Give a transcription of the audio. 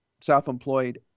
self-employed